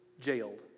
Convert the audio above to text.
jailed